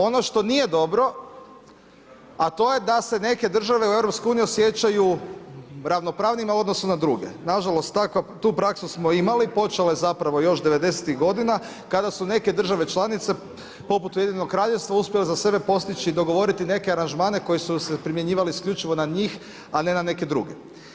Ono što nije dobro, a to je da se neke države u EU osjećaju ravnopravnima u odnosu na druge, nažalost tu praksu smo imali, počela je zapravo još '90-ih godina kada su neke države članice poput Ujedinjenog Kraljevstva uspjele za sebe postići, dogovoriti neke aranžmane koji su se primjenjivali isključivo na njih, a ne na neke druge.